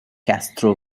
castro